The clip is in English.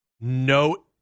No